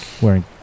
wearing